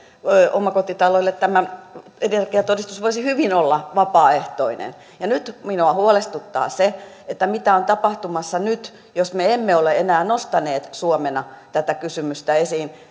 omakotitaloille tämä energiatodistus voisi hyvin olla vapaaehtoinen minua huolestuttaa se mitä on tapahtumassa nyt jos me suomena emme ole enää nostaneet tätä kysymystä esiin